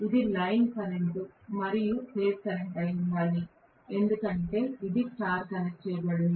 ఇది line current మరియు phase current అయి ఉండాలి ఎందుకంటే ఇది స్టార్ కనెక్ట్ చేయబడింది